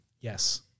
Yes